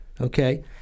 Okay